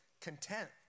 content